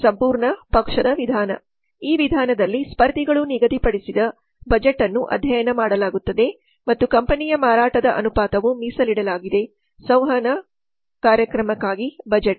ಸಂಪೂರ್ಣ ಪಕ್ಷದ ವಿಧಾನ ಈ ವಿಧಾನದಲ್ಲಿ ಸ್ಪರ್ಧಿಗಳು ನಿಗದಿಪಡಿಸಿದ ಬಜೆಟ್ ಅನ್ನು ಅಧ್ಯಯನ ಮಾಡಲಾಗುತ್ತದೆ ಮತ್ತು ಕಂಪನಿಯ ಮಾರಾಟದ ಅನುಪಾತವು ಮೀಸಲಿಡಲಾಗಿದೆ ಸಂವಹನ ಕಾರ್ಯಕ್ರಮಕ್ಕಾಗಿ ಬಜೆಟ್